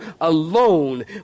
alone